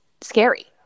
scary